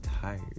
tired